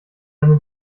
eine